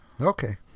Okay